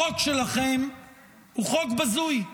החוק שלכם הוא חוק בזוי,